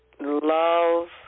Love